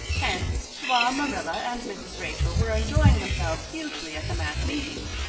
hence, while marilla and mrs. rachel were enjoying themselves hugely at the mass meeting,